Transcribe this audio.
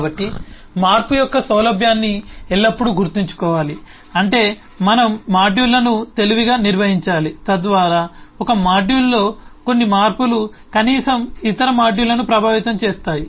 కాబట్టి మార్పు యొక్క సౌలభ్యాన్ని ఎల్లప్పుడూ గుర్తుంచుకోవాలి అంటే మనం మాడ్యూళ్ళను తెలివిగా నిర్వహించాలి తద్వారా ఒక మాడ్యూల్లో కొన్ని మార్పులు కనీసం ఇతర మాడ్యూళ్ళను ప్రభావితం చేస్తాయి